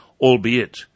albeit